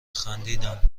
خندیدم